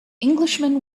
englishman